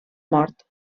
mort